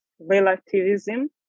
relativism